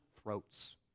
throats